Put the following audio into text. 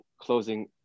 closing